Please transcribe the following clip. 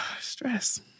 Stress